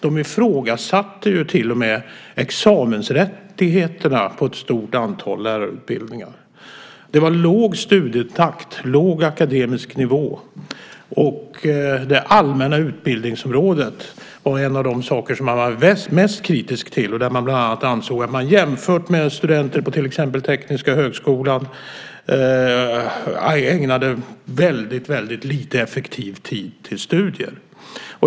De ifrågasatte till och med examensrättigheterna på ett stort antal lärarutbildningar. Det var låg studietakt, låg akademisk nivå. Det allmänna utbildningsområdet var en av de saker som man var mest kritisk till. Man ansåg bland annat att studenterna ägnade, jämfört med till exempel studenter på Tekniska högskolan, väldigt lite effektiv tid till studier.